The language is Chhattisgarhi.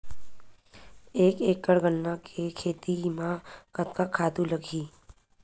एक एकड़ गन्ना के खेती म कतका खातु लगही?